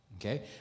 okay